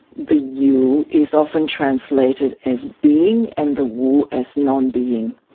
the you is often translated as being, and the wu as non-being.